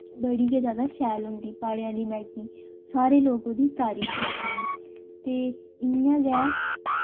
बड़ी गै ज्यादा शैल होंदी प्हाड़ें आह्ली मैगी सारे लोग ओह्दी तरीफ करदे ऐ ते इ'यां गै